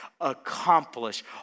accomplish